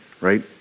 right